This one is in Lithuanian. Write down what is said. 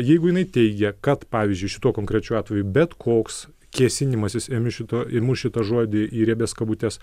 jeigu jinai teigia kad pavyzdžiui šituo konkrečiu atveju bet koks kėsinimasis ėmiu šituo imu šitą žodį į riebias kabutes